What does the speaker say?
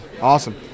Awesome